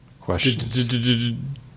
questions